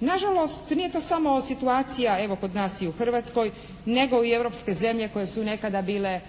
Na žalost, nije to samo situacija evo kod nas i u Hrvatskoj nego i Europske zemlje koje su nekada bile